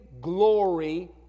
glory